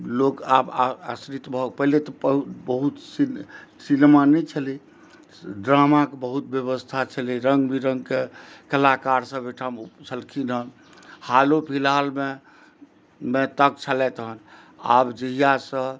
लोक आब आश्रित भऽ पहिले तऽ बहुत सिने सिनेमा नहि छलै ड्रामाके बहुत व्यवस्था छलै रङ्ग बिरङ्गके कलाकार सब एहिठाम छलखिन हन हालो फिलहालमे तक छलथि हन आब जहियासँ